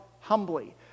humbly